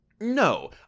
No